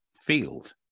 field